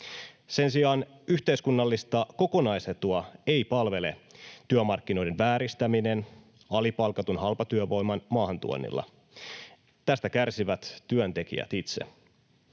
Sen sijaan yhteiskunnallista kokonaisetua ei palvele työmarkkinoiden vääristäminen alipalkatun halpatyövoiman maahantuonnilla. Tästä kärsivät työntekijät itse.